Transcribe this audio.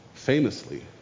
Famously